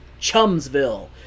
Chumsville